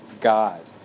God